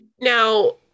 Now